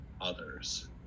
others